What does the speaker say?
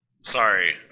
Sorry